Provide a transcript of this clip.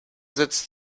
sitzt